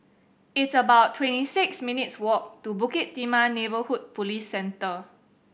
it's about twenty six minutes' walk to Bukit Timah Neighbourhood Police Centre